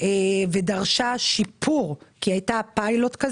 ודרשה שיפור ושדרוג כי היה פיילוט.